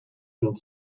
filled